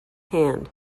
hand